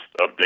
update